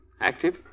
active